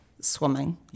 swimming